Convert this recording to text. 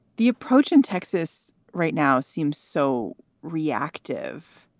the approach in texas right now seems so reactive.